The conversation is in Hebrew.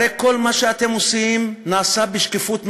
הרי כל מה שאתם עושים נעשה בשקיפות מלאה,